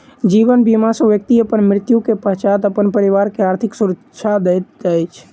जीवन बीमा सॅ व्यक्ति अपन मृत्यु के पश्चात अपन परिवार के आर्थिक सुरक्षा दैत अछि